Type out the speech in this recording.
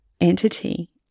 entity